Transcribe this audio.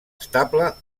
estable